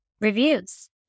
Reviews